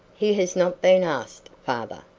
he has not been asked, father.